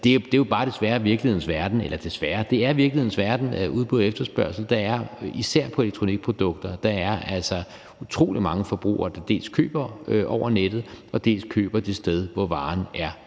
betaler jo ikke engang selv vores telefon. Vi får en af Folketinget, ikke? Det er virkelighedens verden, udbud og efterspørgsel. Især på elektronikprodukter er der altså utrolig mange forbrugere, der dels køber over nettet, dels køber det sted, hvor varen er